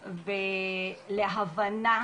המסיבות האלה, לפי מה שאנחנו הבנו,